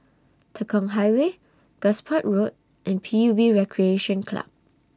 Tekong Highway Gosport Road and P U B Recreation Club